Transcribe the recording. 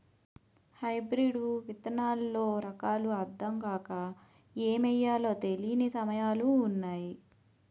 hybrid విత్తనాల్లో రకాలు అద్దం కాక ఏమి ఎయ్యాలో తెలీని సమయాలున్నాయి